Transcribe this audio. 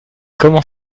comment